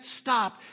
stop